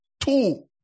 Two